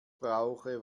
brauche